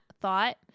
thought